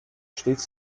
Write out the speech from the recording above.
stets